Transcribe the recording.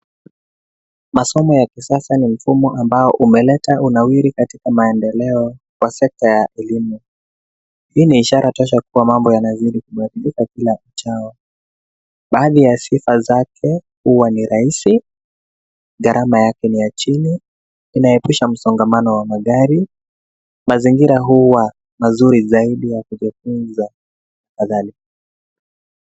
Masomo ya kisasa ni mfumo ambao umeleta unawiri katika maendeleo kwa sekta ya elimu. Hii ni ishara tosha kuwa mambo yanazidi kubadilika kila uchao. Baadhi ya sifa zake huwa ni rahisi, gharama yake ni ya chini, inaepusha msongamano wa magari, mazingira huwa mazuri zaidi ya kujifunza na kadhalika.